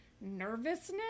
nervousness